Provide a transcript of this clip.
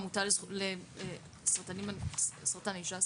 עמותה לסרטן האישה.